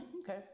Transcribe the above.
okay